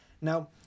Now